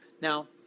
Now